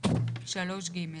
(3ג)